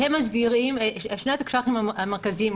שני התקש"חים המרכזיים,